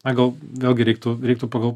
na gal vėlgi reiktų reiktų pagal